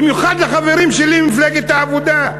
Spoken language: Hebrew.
במיוחד החברים שלי ממפלגת העבודה,